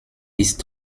ist